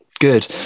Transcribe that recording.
Good